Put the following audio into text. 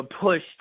pushed